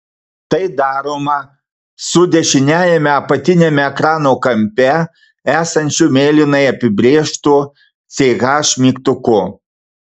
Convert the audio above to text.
tai daroma su dešiniajame apatiniame ekrano kampe esančiu mėlynai apibrėžtu ch mygtuku